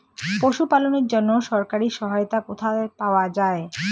পশু পালনের জন্য সরকারি সহায়তা কোথায় পাওয়া যায়?